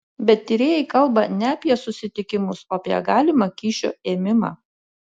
bet tyrėjai kalba ne apie susitikimus o apie galimą kyšio ėmimą